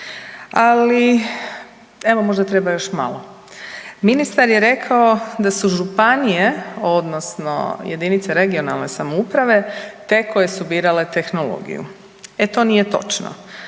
ali evo možda treba još malo. Ministar je rekao da su županije odnosno jedinice regionalne samouprave te koje su birale tehnologiju. E to nije točno.